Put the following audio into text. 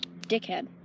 Dickhead